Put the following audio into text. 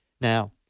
now